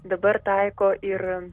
dabar taiko ir